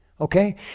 okay